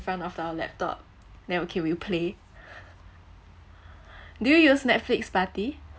front of our laptop then we K we play do you use netflix party